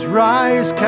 rise